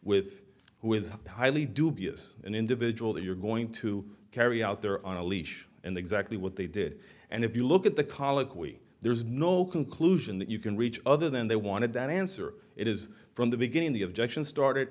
with who is highly dubious an individual that you're going to carry out there on a leash and exactly what they did and if you look at the colloquy there's no conclusion that you can reach other than they wanted that answer it is from the beginning the objections started